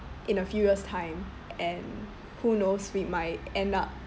in a few years' time and who knows we might end up